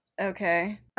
Okay